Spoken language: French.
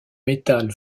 métal